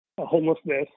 homelessness